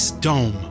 dome